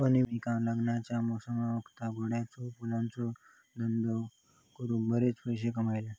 अनामिकान लग्नाच्या मोसमावक्ता गोंड्याच्या फुलांचो धंदो करून बरे पैशे कमयल्यान